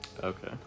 Okay